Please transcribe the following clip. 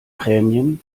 prämien